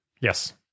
Yes